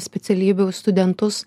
specialybių studentus